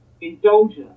indulge